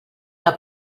que